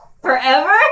Forever